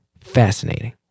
fascinating